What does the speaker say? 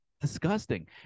disgusting